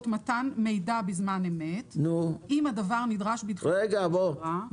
מידע בזמן אמת אם הדבר נדרש בדחיפות".